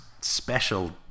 special